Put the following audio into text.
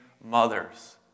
mothers